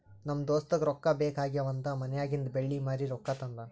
ನಮ್ ದೋಸ್ತಗ ರೊಕ್ಕಾ ಬೇಕ್ ಆಗ್ಯಾವ್ ಅಂತ್ ಮನ್ಯಾಗಿಂದ್ ಬೆಳ್ಳಿ ಮಾರಿ ರೊಕ್ಕಾ ತಂದಾನ್